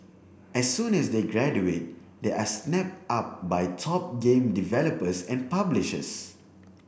as soon as they graduate they are snapped up by top game developers and publishers